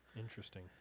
Interesting